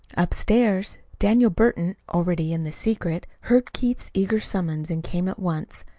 upstairs, daniel burton, already in the secret, heard keith's eager summons and came at once.